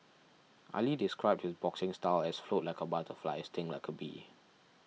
Ali described his boxing style as float like a butterfly sting like a bee